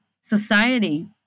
society